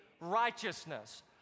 righteousness